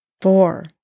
four